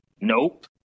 Nope